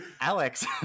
Alex